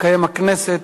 תקיים הכנסת